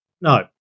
no